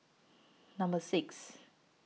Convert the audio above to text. Number six